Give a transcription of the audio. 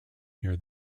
near